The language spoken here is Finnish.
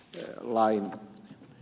se on lai